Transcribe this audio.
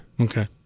Okay